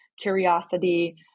curiosity